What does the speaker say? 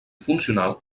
funcional